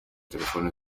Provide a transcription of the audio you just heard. telefone